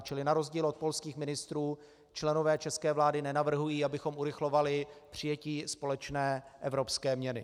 Čili na rozdíl od polských ministrů členové české vlády nenavrhují, abychom urychlovali přijetí společné evropské měny.